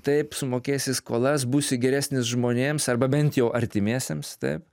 taip sumokėsi skolas būsi geresnis žmonėms arba bent jau artimiesiems taip